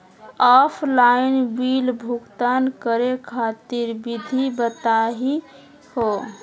Offline bill भुगतान करे खातिर विधि बताही हो?